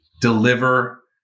deliver